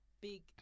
big